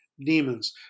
demons